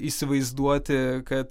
įsivaizduoti kad